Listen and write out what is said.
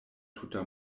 tuta